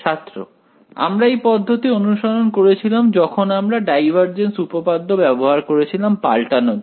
ছাত্র আমরা এই পদ্ধতি অনুসরণ করেছিলাম যখন আমরা ডাইভারজেন্স উপপাদ্য ব্যবহার করেছিলাম পাল্টানোর জন্য